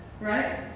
right